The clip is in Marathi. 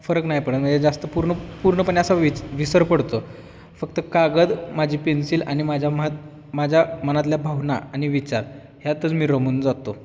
फरक नाही पडत म्हणजे जास्त पूर्ण पूर्णपणे असं विस विसर पडतो फक्त कागद माझी पेन्सिल आणि माझ्या म माझ्या मनातल्या भावना आणि विचार ह्यात मी रमून जातो